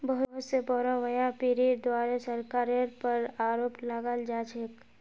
बहुत स बोरो व्यापीरीर द्वारे सरकारेर पर आरोप लगाल जा छेक